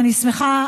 אני שמחה,